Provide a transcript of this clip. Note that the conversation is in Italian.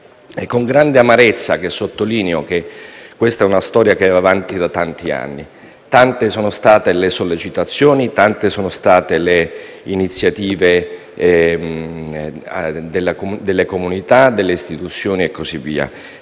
con grande amarezza che questa è una storia che va avanti da tanti anni. Tante sono state le sollecitazioni, tante sono state le iniziative delle comunità e delle istituzioni; tante